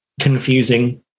confusing